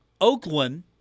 Oakland